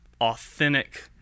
authentic